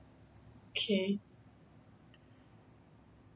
okay